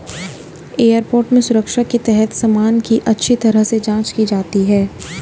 airport में सुरक्षा के तहत सामान की अच्छी तरह से जांच की जाती है